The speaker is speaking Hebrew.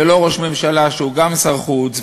ולא ראש ממשלה שהוא גם שר חוץ,